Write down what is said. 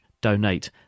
donate